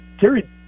Terry